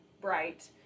bright